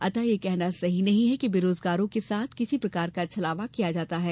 अतः यह कहना सही नहीं है कि बेरोजगारों के साथ किसी प्रकार का छलावा किया जाता है